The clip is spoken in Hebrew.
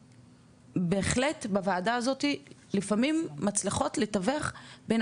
בהחלט בוועדה הזאתי לפעמים מצליחות לתווך בין